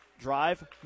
Drive